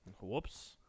Whoops